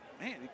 man